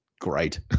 great